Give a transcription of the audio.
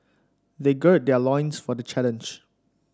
they gird their loins for the challenge